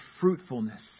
fruitfulness